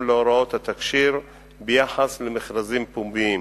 להוראות התקשי"ר ביחס למכרזים פומביים.